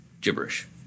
gibberish